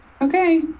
Okay